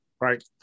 Right